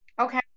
Okay